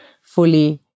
fully